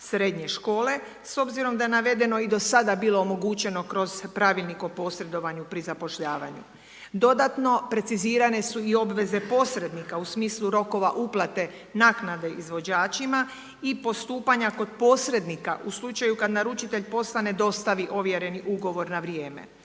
srednje škole s obzirom da je navedeno i do sada bilo omogućeno kroz pravilnik o posredovanju pri zapošljavanju. Dodatno precizirane su i obveze posrednika u smislu rokova uplate naknade izvođačima i postupanja kod posrednika u slučaju kada naručitelj posla ne dostavi ovjereni ugovor na vrijeme.